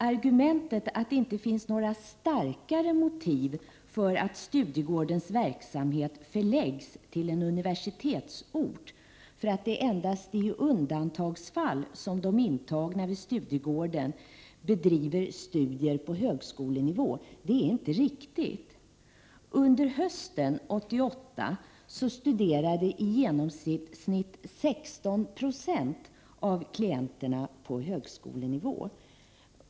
Argumentet att det inte finns några starkare motiv för att Studiegårdens verksamhet skall förläggas till en universitetsort eftersom det är endast i undantagsfall som de intagna vid Studiegården har bedrivit studier på högskolenivå är inte riktigt. Under hösten 1988 studerade i genomsnitt 16 96 av klienterna på högskolenivå.